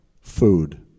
food